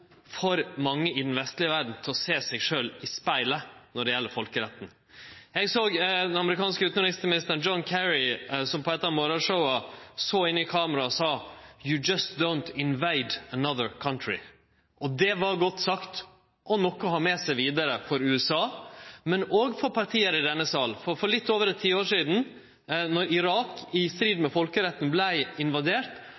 for at mange i den vestlege verda ser seg sjølv i spegelen når det gjeld folkeretten. Eg såg den amerikanske utanriksministeren John Kerry på eit av morgonshowa, der han såg inn i kamera og sa: «You just don’t invade another country». Det var godt sagt og noko å ha med seg vidare for USA, men òg for parti i denne salen, for for litt over eit tiår sidan, då Irak i strid